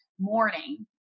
morning